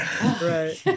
right